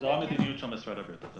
זאת המדיניות של משרד הבריאות.